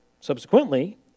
subsequently